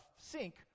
sink